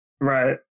Right